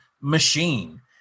machine